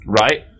right